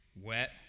wet